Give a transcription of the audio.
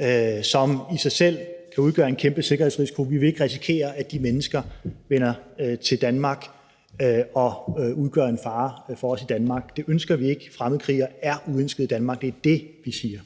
og som i sig selv kan udgøre en kæmpe sikkerhedsrisiko. Vi vil ikke risikere, at de mennesker vender tilbage til Danmark og udgør en fare for os her. Det ønsker vi ikke. Fremmedkrigere er uønskede i Danmark. Det er det, vi siger.